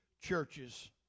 churches